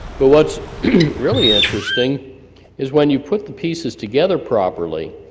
but what's really interesting is when you put the pieces together properly